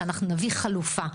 שאנחנו נביא חלופה.